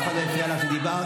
אף אחד לא הפריע לך כשדיברת.